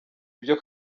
ibyo